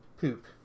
Poop